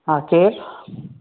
हा केरु